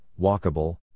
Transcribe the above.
walkable